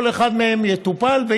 כל אחד מהם יטופל,